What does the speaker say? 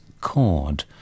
cord